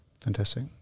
fantastic